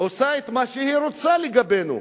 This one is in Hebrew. עושה מה שהיא רוצה לגבינו.